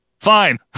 Fine